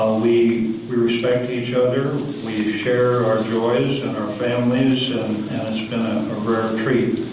we we respect each other, we share our joys and our families and it's been a rare treat.